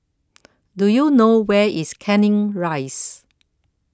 do you know where is Canning Rise